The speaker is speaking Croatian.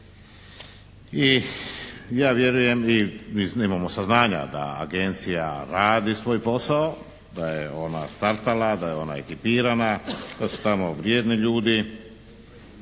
i ja vjerujem i mi imamo saznanja da agencija radi svoj posao, da je ona startala, da je ona ekipirana. Da su tamo vrijedni ljudi